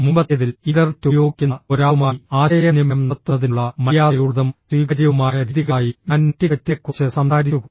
മുമ്പത്തേതിൽ ഇന്റർനെറ്റ് ഉപയോഗിക്കുന്ന ഒരാളുമായി ആശയവിനിമയം നടത്തുന്നതിനുള്ള മര്യാദയുള്ളതും സ്വീകാര്യവുമായ രീതികളായി ഞാൻ നെറ്റിക്വെറ്റിനെക്കുറിച്ച് സംസാരിച്ചു